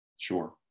Sure